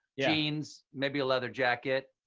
jeans, maybe a leather jacket.